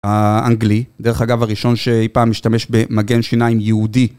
האנגלי, דרך אגב הראשון שאי פעם משתמש במגן שיניים יהודי.